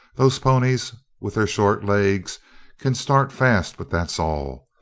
those ponies with their short legs can start fast, but that's all.